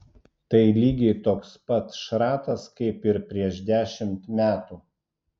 tai lygiai toks pat šratas kaip ir prieš dešimt metų